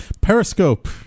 Periscope